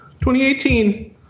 2018